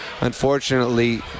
unfortunately